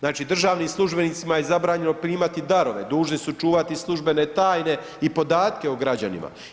Znači državnim službenicima je zabranjeno primati darove, dužni su čuvati službene tajne i podatke o građanima.